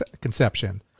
conception